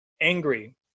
angry